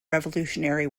revolutionary